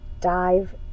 dive